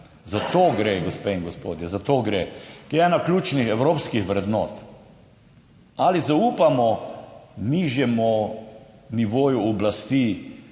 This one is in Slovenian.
Za to gre gospe in gospodje za to gre, ki je ena ključnih evropskih vrednot. Ali zaupamo nižjemu nivoju oblasti,